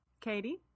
katie